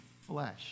flesh